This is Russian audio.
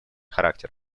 характер